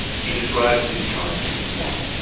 he described his time in the swamp,